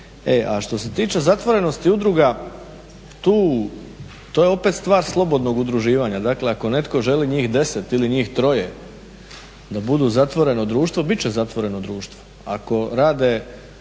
što se tiče zatvorenosti udruga to je opet stvar slobodnog udruživanja. Dakle, ako netko želi njih 10 ili njih 3 da budu zatvoreno društvu bit će zatvoreno društvo.